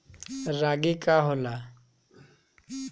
रागी का होला?